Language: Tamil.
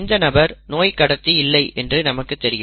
இந்த நபர் நோய் கடத்தி இல்லை என்று நமக்கு தெரியும்